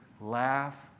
laugh